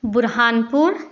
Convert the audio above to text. Burhanpur